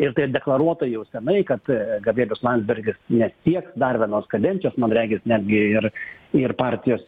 ir tai deklaruota jau senai kad gabrielius landsbergis ne tiek dar vienos kadencijos man regis netgi ir ir partijos